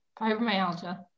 Fibromyalgia